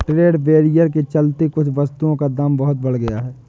trade barrier के चलते कुछ वस्तुओं का दाम बहुत बढ़ गया है